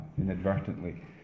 inadvertently